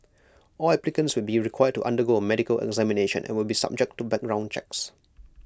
all applicants will be required to undergo A medical examination and will be subject to background checks